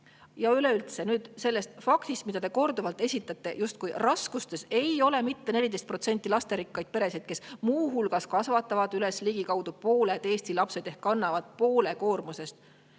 najal. Ja nüüd sellest faktist, mida te korduvalt esitate, justkui raskustes ei ole mitte 14% [peresid], lasterikkad pered, kes muu hulgas kasvatavad üles ligikaudu pooled Eesti lapsed ehk kannavad poole koormusest,